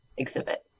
exhibit